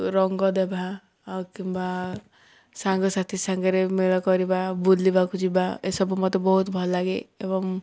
ରଙ୍ଗ ଦେବା କିମ୍ବା ସାଙ୍ଗସାଥି ସାଙ୍ଗରେ ମେଳ କରିବା ବୁଲିବାକୁ ଯିବା ଏସବୁ ମୋତେ ବହୁତ ଭଲଲାଗେ ଏବଂ